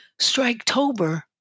striketober